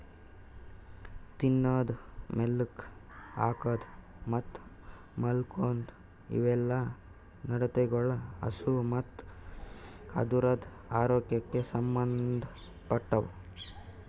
ತಿನದು, ಮೇಲುಕ್ ಹಾಕದ್ ಮತ್ತ್ ಮಾಲ್ಕೋಮ್ದ್ ಇವುಯೆಲ್ಲ ನಡತೆಗೊಳ್ ಹಸು ಮತ್ತ್ ಅದುರದ್ ಆರೋಗ್ಯಕ್ ಸಂಬಂದ್ ಪಟ್ಟವು